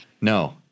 no